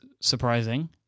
surprising